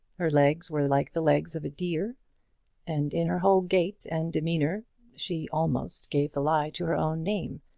her legs were like the legs of a deer and in her whole gait and demeanour she almost gave the lie to her own name,